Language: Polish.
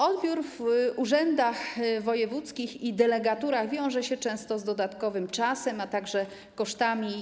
Odbiór w urzędach wojewódzkich i delegaturach wiąże się często z dodatkowym czasem, a także kosztami.